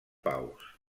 paus